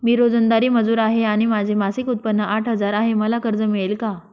मी रोजंदारी मजूर आहे आणि माझे मासिक उत्त्पन्न आठ हजार आहे, मला कर्ज मिळेल का?